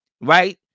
right